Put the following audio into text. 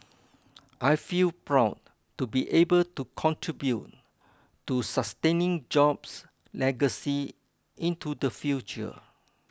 I feel proud to be able to contribute to sustaining Jobs' legacy into the future